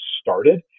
started